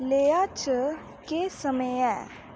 लेआ च केह् समें ऐ